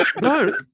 No